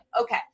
Okay